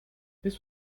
this